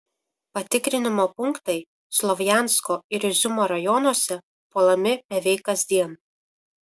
patikrinimo punktai slovjansko ir iziumo rajonuose puolami beveik kasdien